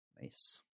Nice